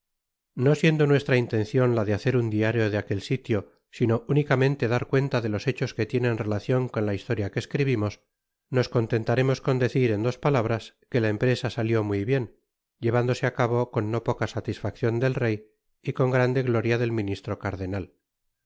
no siendo nuestra intencion la de hacer un diario de aquel sitio sino únicamente dar cuenta de los hechos que tienen relacion con la historia que escribimos nos contentaremos con decir en dos palabras que la empresa salió muy bien llevándose á cabo con no poca satisfaccion del rey y con grande gloria del ministro cardenal